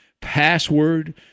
Password